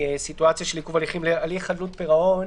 מסיטואציה של עיכוב הליכים להליך חדלות פירעון